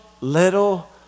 little